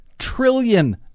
Trillion